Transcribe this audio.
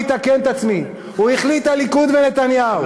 אני אתקן את עצמי: הוא החליט הליכוד ונתניהו,